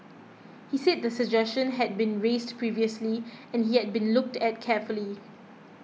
he said the suggestion had been raised previously and yet been looked at carefully